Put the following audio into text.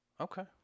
Okay